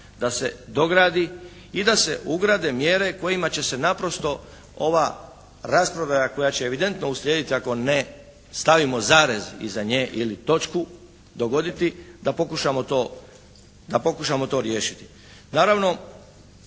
da se dogradi i da se ugrade mjere kojima će se naprosto ova rasprodaja koja će evidentno uslijediti ako ne stavimo zarez iza nje ili točku dogoditi da pokušamo to riješiti.